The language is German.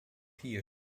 hier